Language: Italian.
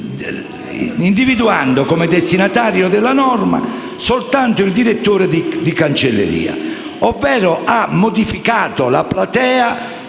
individuando come destinatario della norma soltanto il direttore di cancelleria, ovvero ha modificato la platea